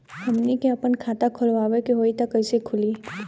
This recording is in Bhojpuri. हमनी के आापन खाता खोलवावे के होइ त कइसे खुली